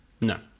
No